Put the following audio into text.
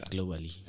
Globally